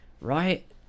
right